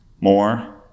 more